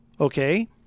Okay